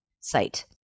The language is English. site